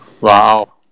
wow